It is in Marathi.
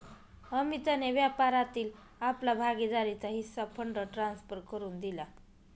अमितने व्यापारातील आपला भागीदारीचा हिस्सा फंड ट्रांसफर करुन दिला